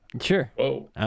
Sure